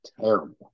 terrible